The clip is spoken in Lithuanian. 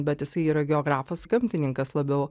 bet jisai yra geografas gamtininkas labiau